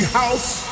house